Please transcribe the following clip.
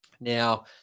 Now